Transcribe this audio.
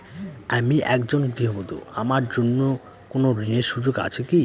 আমি একজন গৃহবধূ আমার জন্য কোন ঋণের সুযোগ আছে কি?